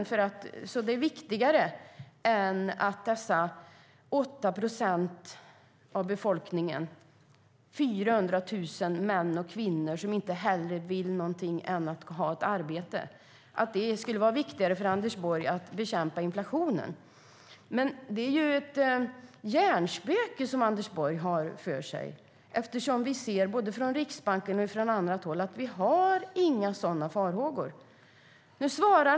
Är det viktigare för Anders Borg att bekämpa inflationen än att se till att 8 procent av befolkningen, 400 000 män och kvinnor som inte vill något hellre än att ha ett arbete, får ett arbete? Det är Anders Borgs hjärnspöke eftersom både Riksbanken och andra ser att det inte finns några sådana farhågor.